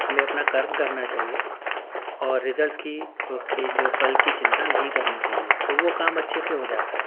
ہمیں اپنا کرم کرنا چاہیے اور ریزلٹس کی اس کی جو فل کی چنتا نہیں کرنی چاہیے تو وہ کام اچھے سے ہو جاتا ہے